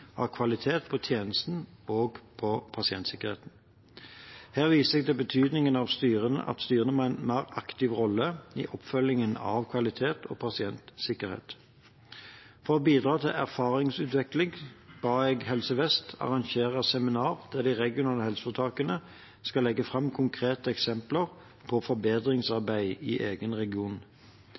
av kvalitet på tjenesten og pasientsikkerheten. Her viser jeg til betydningen av at styrene tar en mer aktiv rolle i oppfølgingen av kvalitet og pasientsikkerhet. For å bidra til erfaringsutveksling ba jeg Helse Vest arrangere et seminar der de regionale helseforetakene skal legge fram konkrete eksempler på forbedringsarbeid i egen region.